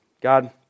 God